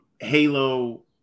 Halo